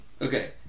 Okay